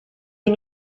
you